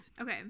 okay